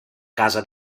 casa